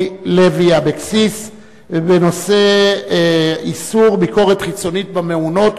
לוי אבקסיס בנושא איסור ביקורת חיצונית במעונות,